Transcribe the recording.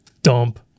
Dump